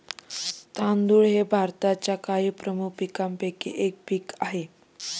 तांदूळ हे भारताच्या काही प्रमुख पीकांपैकी एक पीक आहे